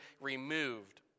removed